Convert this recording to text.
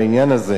אבל אני אצביע,